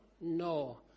No